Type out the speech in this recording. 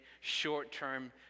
short-term